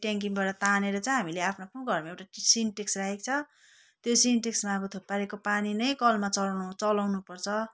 ट्याङ्कीबाट तानेर चाहिँ हामीले आफ्नो आफ्नो घरमा एउटा सिन्टेक्स राखेको छ त्यो सिन्टेक्समा अब थुपारेको पानी नै कलमा चढाउनु चलाउनुपर्छ